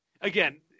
Again